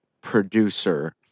producer